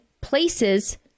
places